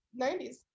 90s